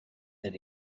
that